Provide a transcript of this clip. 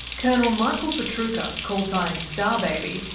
colonel michael pietrucha, callsign starbaby,